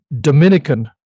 Dominican